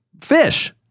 fish